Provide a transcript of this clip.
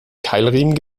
keilriemen